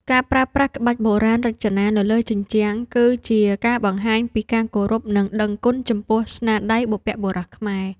ការប្រើប្រាស់ក្បាច់រចនាបុរាណនៅលើជញ្ជាំងគឺជាការបង្ហាញពីការគោរព និងដឹងគុណចំពោះស្នាដៃបុព្វបុរសខ្មែរ។